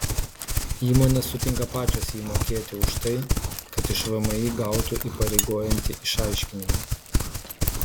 įmonės sutinka pačios jį mokėti už tai kad iš vmi gautų įpareigojantį išaiškinimą